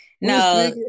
No